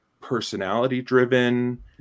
personality-driven